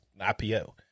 IPO